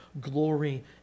glory